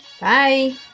Bye